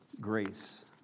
Grace